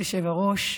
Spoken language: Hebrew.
כבוד היושב-ראש,